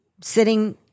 sitting